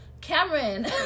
Cameron